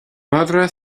madra